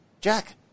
Jack